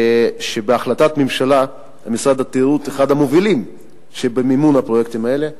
שבהחלטת ממשלה משרד התיירות הוא אחד המובילים במימון הפרויקטים האלה: